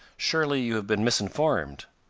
surely you have been misinformed.